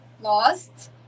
lost